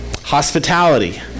hospitality